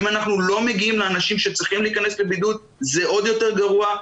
אם אנחנו לא מגיעים לאנשים שצריכים להיכנס לבידוד זה עוד יותר גרוע,